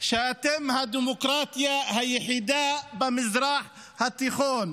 שאתם הדמוקרטיה היחידה במזרח התיכון.